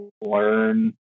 learn